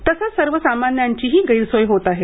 तसंच सर्वसामान्यांचीही गैरसोय होत आहे